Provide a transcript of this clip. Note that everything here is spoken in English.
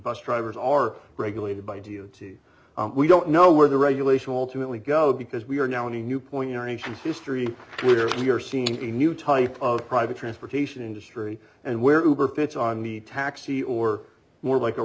bus drivers are regulated by duty we don't know where the regulation alternately go because we are now in a new point in our nation's history where you're seeing a new type of private transportation industry and where goober fits on the taxi or more like a